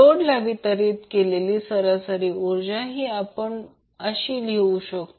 लोडला वितरीत केलेली सरासरी ऊर्जा आपण लिहू शकतो